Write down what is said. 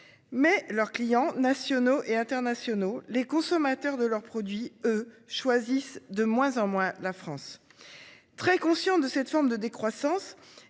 Mais leurs clients nationaux et internationaux, les consommateurs de leurs produits eux choisissent de moins en moins la France. Très conscient de cette forme de décroissance